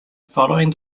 following